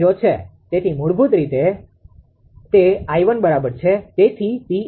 તેથી મૂળભૂત રીતે તે 𝐼1 બરાબર છે